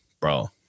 Bro